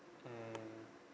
mmhmm